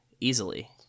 easily